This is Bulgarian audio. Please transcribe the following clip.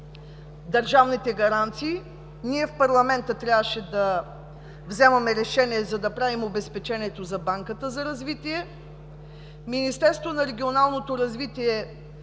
държавните гаранции, в парламента трябваше да вземем решение, за да направим обезпечението за Банката за развитие, Министерството на регионалното развитие